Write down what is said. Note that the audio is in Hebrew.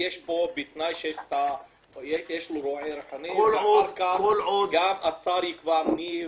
בתנאי שיש לו רועה רוחני ואחר כך גם השר יקבע מי ומה.